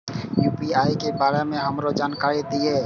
UPI के बारे में हमरो जानकारी दीय?